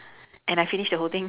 and I finished the whole thing